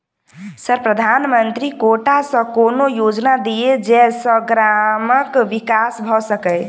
Sir प्रधानमंत्री quota सऽ कोनो योजना दिय जै सऽ ग्रामक विकास भऽ सकै?